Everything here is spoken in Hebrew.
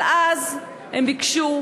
אבל אז הם ביקשו,